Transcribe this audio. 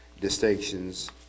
distinctions